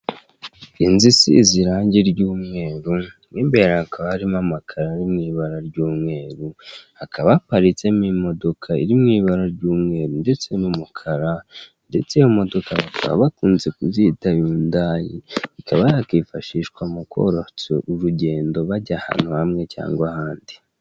Inzu isize irangi ry'umweru mu imbere hakaba harimo amakara ari mu ibara ry'umweru hakaba haparitsemo imodoka iri mu ibara ry'umweru ndetse n'umukara ndetse iyo modoka bakaba bakunze kuzita yundayi, ikaba yakwifashishwa mu korosha urugendo bajya ahantu hamwe cyangwa ahandi.